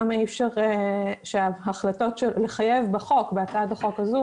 למה אי-אפשר לחייב בהצעת החוק הזאת